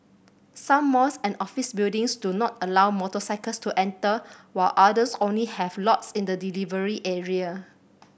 some malls and office buildings do not allow motorcycles to enter while others only have lots in the delivery area